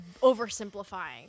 oversimplifying